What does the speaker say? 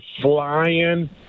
flying